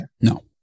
No